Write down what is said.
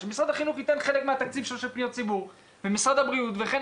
שמשרד החינוך ייתן חלק מהתקציב שלו של פניות ציבור ומשרד הבריאות וכן